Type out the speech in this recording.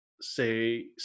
say